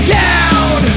down